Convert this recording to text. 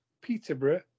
Peterborough